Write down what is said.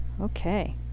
Okay